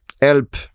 help